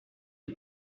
die